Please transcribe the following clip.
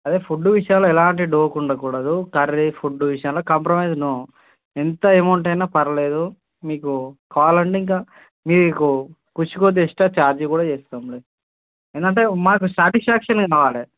అదే ఫుడ్డు విషయంలో ఎలాంటి డోకు ఉండకూడదు కర్రీ ఫుడ్డు విషయంలో కాంప్రమైజ్ నో ఎంత అమౌంటైనా పర్లేదూ మీకూ కావాలంటే ఇంకా మీకూ కుషీ కొద్దీ ఎక్స్ట్రా ఛార్జీ కూడా వేస్తాములే ఏందంటే మాకు సాటిస్ఫాక్షనే కావాలి